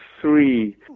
three